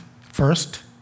First